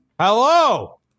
Hello